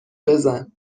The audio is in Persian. بزن